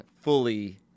fully